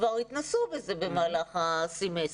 כך שכבר התנסו בזה במהלך הסמסטר.